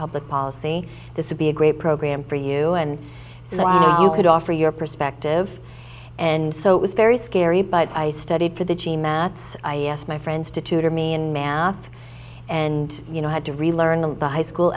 public policy this would be a great program for you and so i don't offer your perspective and so it was very scary but i studied for the g math i asked my friends to tutor me in mammoth and you know i had to really learn the high school